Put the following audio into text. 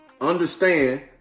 understand